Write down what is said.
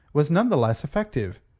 was none the less effective.